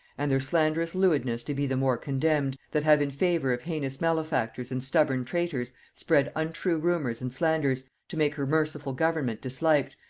and their slanderous lewdness to be the more condemned, that have in favor of heinous malefactors and stubborn traitors spread untrue rumours and slanders, to make her merciful government disliked,